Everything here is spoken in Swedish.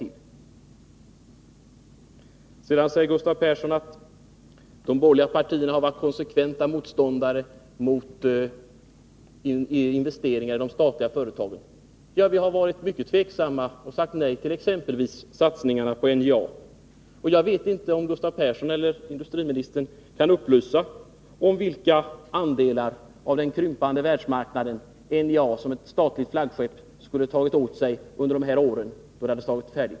Vidare sade Gustav Persson att de borgerliga partierna har varit konsekventa motståndare till investeringar i de statliga företagen. Ja, vi har varit mycket tveksamma, och vi har sagt nej exempelvis till satsningarna på NJA. Kanske kan Gustav Persson eller industriministern upplysa om vilka andelar av den krympande världsmarknanden NJA som ett statligt flaggskepp skulle ha tagit åt sig under dessa år.